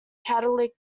catalytic